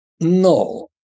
No